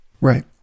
Right